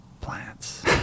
Plants